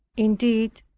indeed,